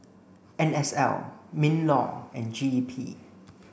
N S L MINLAW and G E P